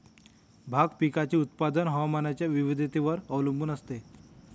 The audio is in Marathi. भाग पिकाचे उत्पादन हवामानाच्या विविधतेवर अवलंबून असते